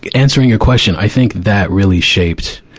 but answering your question. i think that really shapes,